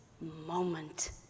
moment